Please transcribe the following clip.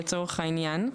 לצורך העניין,